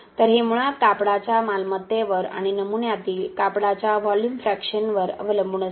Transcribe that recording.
तर हे मुळात कापडाच्या मालमत्तेवर आणि नमुन्यातील कापडाच्या व्हॉल्यूम फ्रॅक्शनवर अवलंबून असते